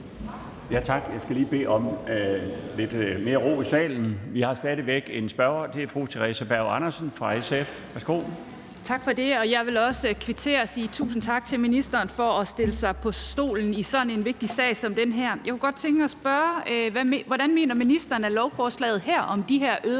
Tak. Jeg skal lige bede om lidt mere ro i salen. Vi har stadig væk en spørger, og det er fru Theresa Berg Andersen fra SF. Værsgo. Kl. 12:50 Theresa Berg Andersen (SF): Tak for det. Jeg vil også kvittere og sige tusind tak til ministeren for at stille sig op på talerstolen i sådan en vigtig sag som den her. Jeg kunne godt tænke mig at spørge om noget: Hvordan mener ministeren lovforslaget her om de her øgede